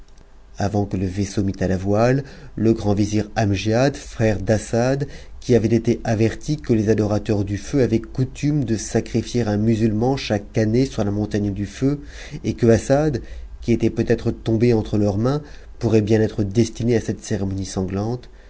avant que le vaisseau mît à la voile le grand vizir amgiad frère t'assad qui avait été averti que les adorateurs du feu avaient coutume de sacrifier un musulman chaque année sur la montagne du feu et que assad qui était peut-être tombé entre leurs mains pourrait bien être destiné à cette cérémonie sanglante